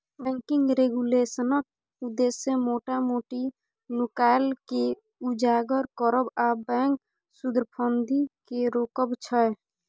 banking रेगुलेशनक उद्देश्य मोटा मोटी नुकाएल केँ उजागर करब आ बैंक धुरफंदी केँ रोकब छै